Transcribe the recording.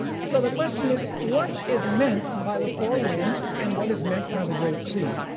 so the question is, what is meant by the four winds and what is meant by the great sea?